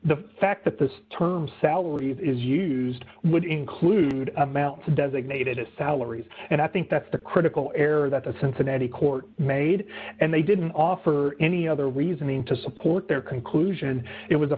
the fact that the term salary is used would include designated as salaries and i think that's the critical error that the cincinnati court made and they didn't offer any other reasoning to support their conclusion it was a